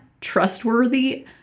trustworthy